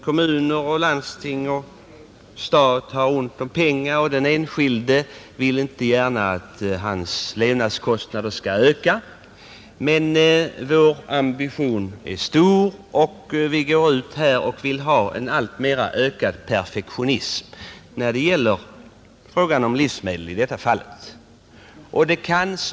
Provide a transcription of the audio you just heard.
Kommuner, landsting och städer har ont om pengar, och den enskilde vill inte att hans levnadskostnader skall öka, men vår ambition är stor och vi vill ha en allt större perfektionism, i detta fall när det gäller våra livsmedel.